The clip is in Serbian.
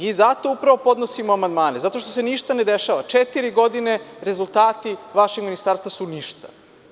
Mi zato upravo podnosimo amandmane, zato što se ništa ne dešava, četiri godine rezultati vašeg ministarstva su ništa.